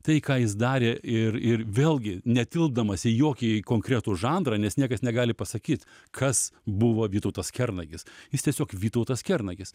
tai ką jis darė ir ir vėlgi netilpdamas į jokį konkretų žanrą nes niekas negali pasakyt kas buvo vytautas kernagis jis tiesiog vytautas kernagis